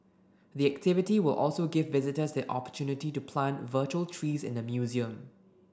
the activity will also give visitors the opportunity to plant virtual trees in the museum